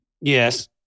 Yes